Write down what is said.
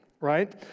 right